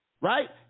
right